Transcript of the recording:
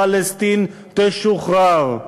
פלסטין תשוחרר.